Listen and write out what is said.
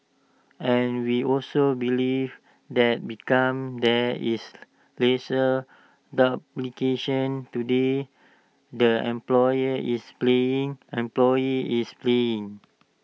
and we also believe that become there is lesser duplication today the employer is paying employee is paying